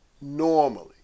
normally